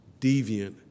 deviant